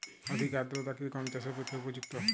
অধিক আর্দ্রতা কি গম চাষের পক্ষে উপযুক্ত?